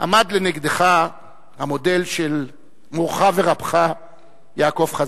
עמד לנגדך המודל של מורך ורבך יעקב חזן.